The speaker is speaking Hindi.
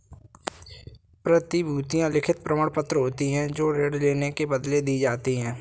प्रतिभूतियां लिखित प्रमाणपत्र होती हैं जो ऋण लेने के बदले दी जाती है